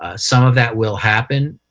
ah some of that will happen.